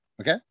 okay